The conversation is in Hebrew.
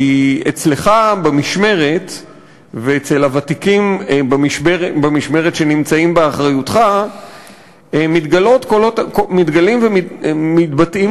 כי אצלך במשמרת ואצל הוותיקים במשמרת שנמצאים באחריותך מתגלים ומתבטאים